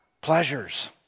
pleasures